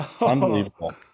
Unbelievable